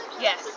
Yes